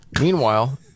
Meanwhile